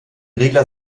regler